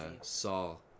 saul